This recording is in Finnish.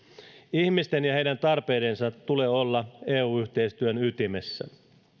ihmisten ja heidän tarpeidensa tulee olla eu yhteistyön ytimessä